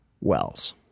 Wells